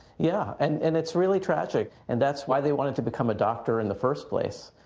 yeah. and and it's really tragic and that's why they wanted to become a doctor in the first place.